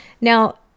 Now